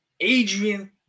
Adrian